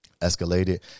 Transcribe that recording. escalated